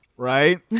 Right